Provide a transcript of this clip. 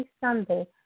Sunday